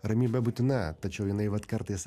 ramybė būtina tačiau jinai vat kartais